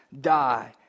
die